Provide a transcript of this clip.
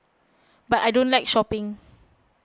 but I don't like shopping